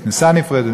עם כניסה נפרדת,